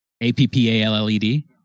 A-P-P-A-L-L-E-D